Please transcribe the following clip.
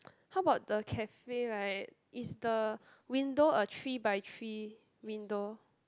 how about the cafe right is the window a three by three window